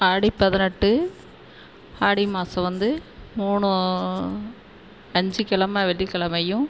ஆடி பதினெட்டு ஆடி மாதம் வந்து மூணு அஞ்சு கிழமை வெள்ளிக்கிழமையும்